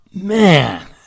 Man